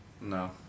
No